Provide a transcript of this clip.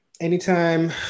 anytime